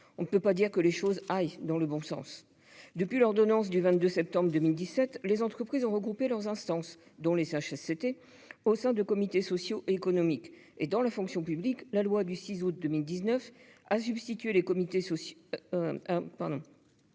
On ne peut pas dire que les choses aillent dans le bon sens. Depuis l'ordonnance du 22 septembre 2017, les entreprises ont regroupé leurs instances- dont les CHSCT -au sein de CSE. Dans la fonction publique, la loi du 6 août 2019 a substitué les comités sociaux aux